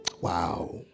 Wow